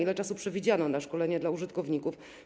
Ile czasu przewidziano na szkolenia dla użytkowników?